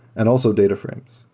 and also data frames.